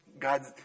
God